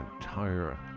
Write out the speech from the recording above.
entire